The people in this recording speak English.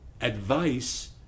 Advice